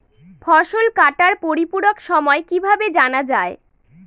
ফসল কাটার পরিপূরক সময় কিভাবে জানা যায়?